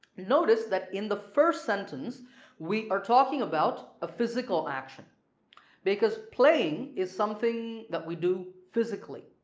notice that in the first sentence we are talking about a physical action because playing is something that we do physically.